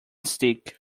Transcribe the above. stick